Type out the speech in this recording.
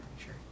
sure